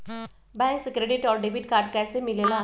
Bank से credit और debit card कैसी मिलेला?